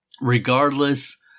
Regardless